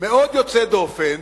מאוד יוצא דופן,